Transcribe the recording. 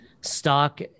stock